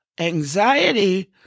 anxiety